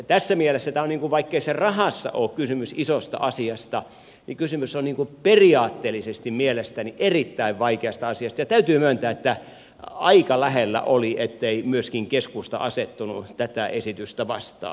tässä mielessä vaikkei rahassa ole kysymys isosta asiasta kysymys on periaatteellisesti mielestäni erittäin vaikeasta asiasta ja täytyy myöntää että aika lähellä oli ettei myöskin keskusta asettunut tätä esitystä vastaan